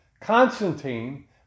Constantine